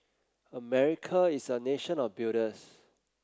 America is a nation of builders